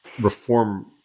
reform